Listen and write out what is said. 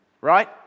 Right